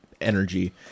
energy